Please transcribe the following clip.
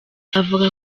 avuga